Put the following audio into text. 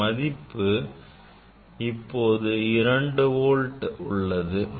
இதன் மதிப்பு இப்போது இரண்டு வோல்ட் உள்ளது